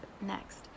next